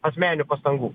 asmeninių pastangų